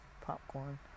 popcorn